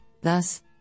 thus